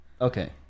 okay